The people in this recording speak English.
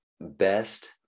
best